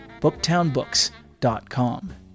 Booktownbooks.com